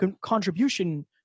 contribution